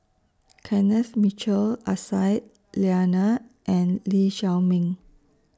Kenneth Mitchell Aisyah Lyana and Lee Chiaw Meng